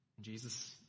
Jesus